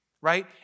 right